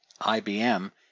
IBM